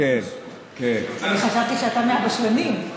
אני חשבתי שאתה מהבשלנים.